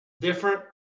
different –